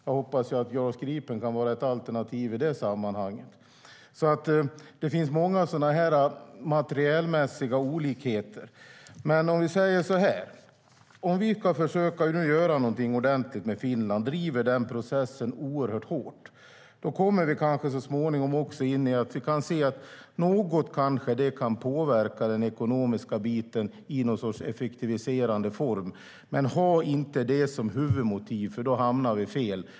Jag hoppas att JAS Gripen kan vara ett alternativ i det sammanhanget. Det finns många sådana materielmässiga olikheter. Om vi ska försöka göra något ordentligt med Finland och driver den processen oerhört hårt, då kommer vi kanske så småningom in i att vi kan se att det kan påverka den ekonomiska biten något i någon sorts effektiviserande form. Men ha inte det som huvudmotiv, för då hamnar vi fel.